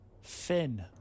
Fin